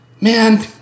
man